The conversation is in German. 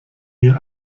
hier